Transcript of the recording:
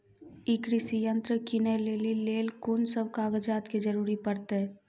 ई कृषि यंत्र किनै लेली लेल कून सब कागजात के जरूरी परतै?